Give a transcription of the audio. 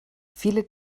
viele